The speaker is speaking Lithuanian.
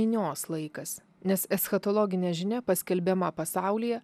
minios laikas nes eschatologinė žinia paskelbiama pasaulyje